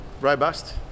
Robust